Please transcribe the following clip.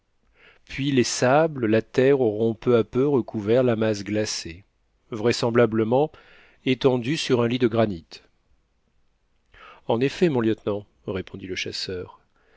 puis les sables la terre auront peu à peu recouvert la masse glacée vraisemblablement étendue sur un lit de granit en effet mon lieutenant répondit le chasseur